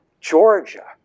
Georgia